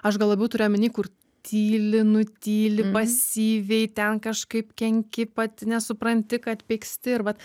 aš gal labiau turiu omeny kur tyli nutyli pasyviai ten kažkaip kenki pati nesupranti kad pyksti ir va